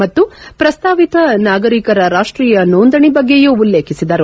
ಮತ್ತು ಪ್ರಸ್ತಾವಿತ ನಾಗರಿಕರ ರಾಷ್ಷೀಯ ನೋಂದಣಿ ಬಗ್ಗೆಯೂ ಉಲ್ಲೇಖಿಸಿದರು